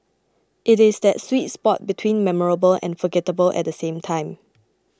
it is that sweet spot between memorable and forgettable at the same time